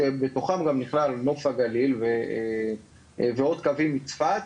שבתוכם גם נכללים נוף הגליל וקווים נוספים מצפת,